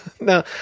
no